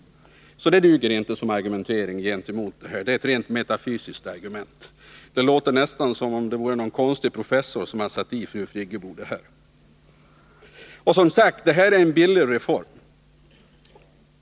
Den argumentering ni använder duger alltså inte. Det är ett rent metafysiskt argument. Det låter nästan som om det vore någon konstig professor som hade satt i fru Friggebo det här. Men detta är, som sagt, en billig reform.